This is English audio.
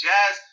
Jazz